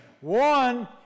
One